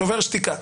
שובר שתיקה.